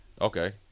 Okay